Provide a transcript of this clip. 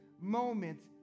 moments